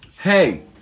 Hey